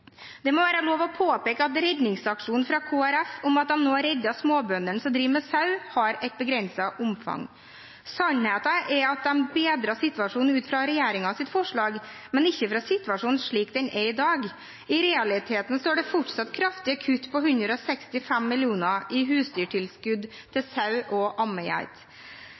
Det må være lov å påpeke at redningsaksjonen fra Kristelig Folkeparti – at de nå har reddet småbøndene som driver med sau – har et begrenset omfang. Sannheten er at de bedrer situasjonen ut fra regjeringens forslag, men ikke ut fra situasjonen slik den er i dag. I realiteten står det fortsatt kraftige kutt på 165 mill. kr i husdyrtilskudd til sau og